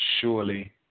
surely